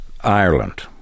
ireland